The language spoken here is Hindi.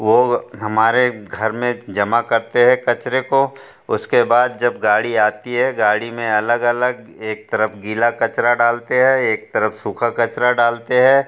वो हमारे घर में जमा करते हैं कचरे को उसके बाद जब गाड़ी आती है गाड़ी में अलग अलग एक तरफ़ गीला कचरा डालते हैं एक तरफ़ सूखा कचरा डालते हैं